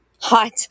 Hot